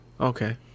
Okay